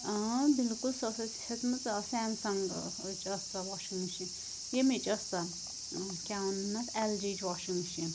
آ بلکل سۄ ٲس اسہِ ہیٚژمٕژ ٲں سیمسَنٛگٕچۍ ٲس سۄ واشِنٛگ مِشیٖن ییٚمِچۍ ٲسۍ سۄ کیٛاہ وَنان اَتھ ایٚل جی یِِچۍ واشنٛگ مِشیٖن